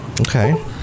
Okay